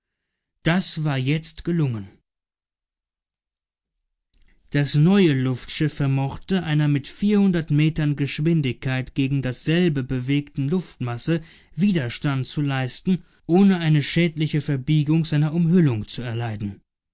das war jetzt gelungen das neue luftschiff vermochte einer mit vierhundert metern geschwindigkeit gegen dasselbe bewegten luftmasse widerstand zu leisten ohne eine schädliche verbiegung seiner umhüllung zu erleiden